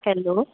hello